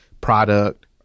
product